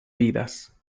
vidas